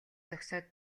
зогсоод